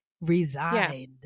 resigned